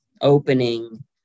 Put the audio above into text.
opening